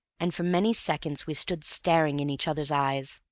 and for many seconds we stood staring in each other's eyes.